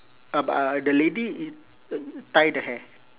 ab~ uh the lady i~ uh tie the hair